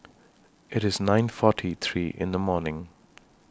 IT IS nine forty three in The morning